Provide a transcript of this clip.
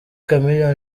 chameleone